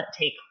take